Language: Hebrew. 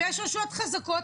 ויש רשויות חזקות,